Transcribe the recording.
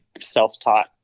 self-taught